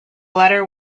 letter